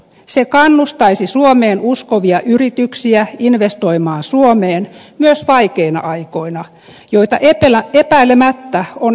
se kannustaisi suomeen uskovia yrityksiä investoimaan suomeen myös vaikeina aikoina joita epäilemättä on edessämme